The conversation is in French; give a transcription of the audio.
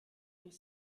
les